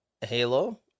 halo